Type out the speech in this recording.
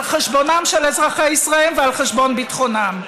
על חשבונם של אזרחי ישראל ועל חשבון ביטחונם.